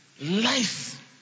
Life